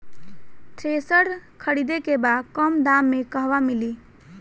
Thresher खरीदे के बा कम दाम में कहवा मिली?